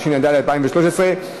התשע"ד 2013,